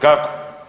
Kako?